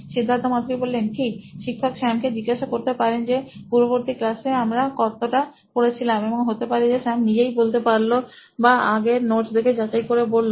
সিদ্ধার্থ মাতু রি সি ই ও নোইন ইলেক্ট্রনিক্স ঠিক শিক্ষক স্যাম কে জিজ্ঞেস করতে পারেন যে পূর্ববর্তী ক্লাসে আমরা কতটা পড়েছিলাম এবং হতে পারে যে স্যাম নিজেই বলতে পারল বা আগের নোটস দেখে যাচাই করে বলল